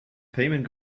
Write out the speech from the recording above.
payment